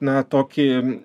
na tokį